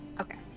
Okay